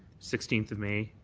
sixteenth of may,